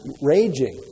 raging